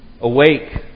Awake